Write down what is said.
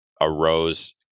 arose